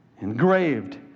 engraved